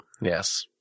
Yes